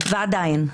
ועדיין.